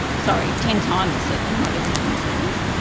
sorry, ten times a second, not every ten seconds.